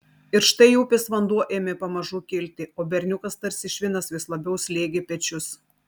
ir štai upės vanduo ėmė pamažu kilti o berniukas tarsi švinas vis labiau slėgė pečius